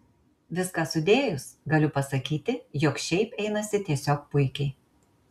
viską sudėjus galiu pasakyti jog šiaip einasi tiesiog puikiai